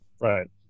right